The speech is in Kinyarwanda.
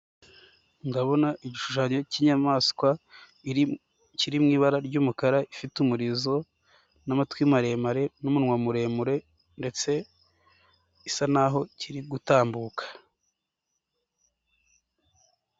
Ndabona igishushanyo cy'inyamaswa kiri mu ibara ry'umukara ifite umurizo n'amatwi maremare n'umunwa muremure ndetse isa naho kiri gutambuka.